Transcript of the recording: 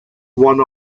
one